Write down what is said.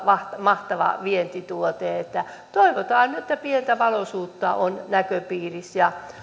mahtava vientituote että toivotaan nyt että pientä valoisuutta on näköpiirissä ja